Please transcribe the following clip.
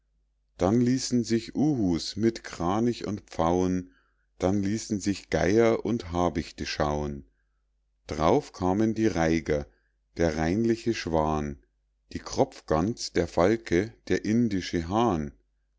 dann ließen sich uhu's mit kranich und pfauen dann ließen sich geier und habichte schauen d'rauf kamen die reiger der reinliche schwan die kropfgans der falke der indische hahn